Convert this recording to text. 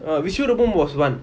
ah visual ரூபம்:roopam was one